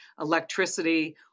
electricity